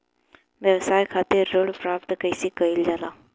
व्यवसाय खातिर ऋण प्राप्त कइसे कइल जाला?